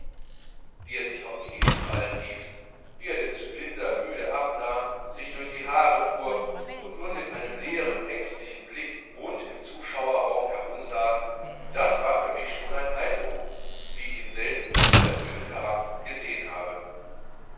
wie er sich auf die hinfallen ließ wie er den cylinder müde abnahm sich durch die haare fuhr und nun mit einem leeren ängstlichen blick rund im zuschauerraum herumsah das war für mich schon ein eindruck wie ich ihn selten von einer bühne herab gehabt habe